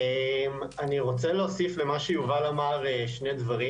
ומי שאמור לפקח על זה זו רשות האוכלוסין